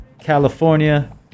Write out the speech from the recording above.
California